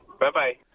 Bye-bye